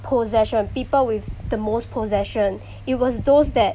possession people with the most possession it was those that